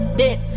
dip